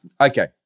okay